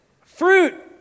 Fruit